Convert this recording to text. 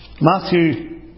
Matthew